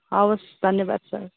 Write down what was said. हवस् धन्यवाद सर